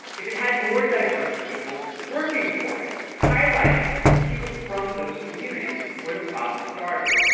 if it had more diverse people working for it, highlighting them people from those communities where the problems started.